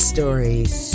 Stories